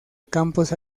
campos